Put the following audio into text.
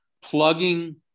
plugging